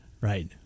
Right